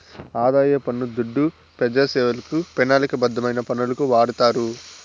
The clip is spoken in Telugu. ఆదాయ పన్ను దుడ్డు పెజాసేవలకు, పెనాలిక బద్ధమైన పనులకు వాడతారు